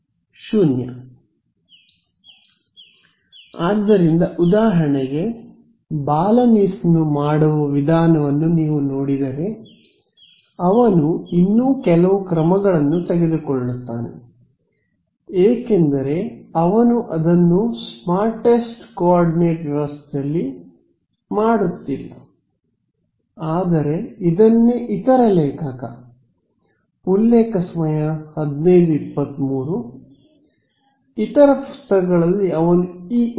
ವಿದ್ಯಾರ್ಥಿ ಆದ್ದರಿಂದ ಉದಾಹರಣೆಗೆ ಬಾಲನಿಸ್ ನು ಮಾಡುವ ವಿಧಾನವನ್ನು ನೀವು ನೋಡಿದರೆ ಅವನು ಇನ್ನೂ ಕೆಲವು ಕ್ರಮಗಳನ್ನು ತೆಗೆದುಕೊಳ್ಳುತ್ತಾನೆ ಏಕೆಂದರೆ ಅವನು ಅದನ್ನು ಸ್ಮಾರ್ಟೆಸ್ಟ್ ಕೋಆರ್ಡಿನೇಟ್ ವ್ಯವಸ್ಥೆಯಲ್ಲಿ ಮಾಡುತ್ತಿಲ್ಲ ಆದರೆ ಇದನ್ನೇ ಇತರ ಲೇಖಕ ಇತರ ಪುಸ್ತಕದಲ್ಲಿ ಅವನು ಈ ಉತ್ತಮ ರೀತಿಯಲ್ಲಿ ಮಾಡುತ್ತಾನೆ